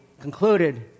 concluded